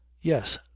yes